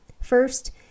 First